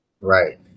Right